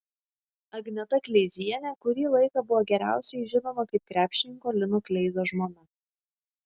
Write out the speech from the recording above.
agneta kleizienė kurį laiką buvo geriausiai žinoma kaip krepšininko lino kleizos žmona